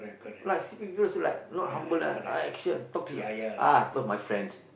like see people also like not humble lah ah action uh talk to my friends